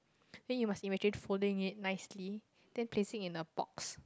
then you must imagine folding it nicely then placing in a box